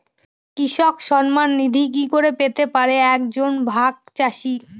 কৃষক সন্মান নিধি কি করে পেতে পারে এক জন ভাগ চাষি?